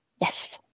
Yes